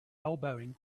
elbowing